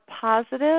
positive